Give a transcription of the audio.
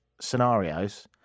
scenarios